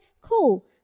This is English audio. cool